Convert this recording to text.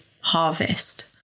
harvest